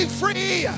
free